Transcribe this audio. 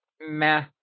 meh